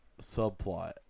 subplot